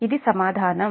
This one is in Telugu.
ఇది సమాధానం